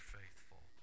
faithful